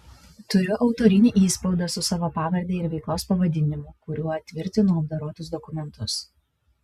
turiu autorinį įspaudą su savo pavarde ir veiklos pavadinimu kuriuo tvirtinu apdorotus dokumentus